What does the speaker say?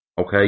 okay